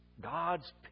God's